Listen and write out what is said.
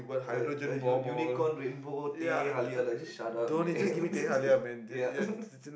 uh uh unicorm rainbow teh-halia like just shut up man ya